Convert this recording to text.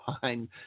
fine